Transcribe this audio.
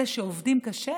אלה שעובדים קשה.